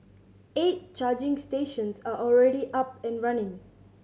eight charging stations are already up and running